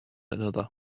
another